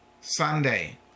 Sunday